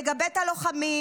תגבה את הלוחמים.